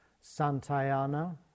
Santayana